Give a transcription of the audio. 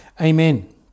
amen